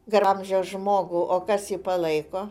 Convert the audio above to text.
gal amžiaus žmogų o kas jį palaiko